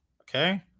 Okay